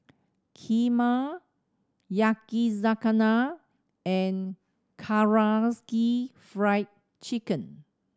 Kheema Yakizakana and Karaage Fried Chicken